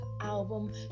album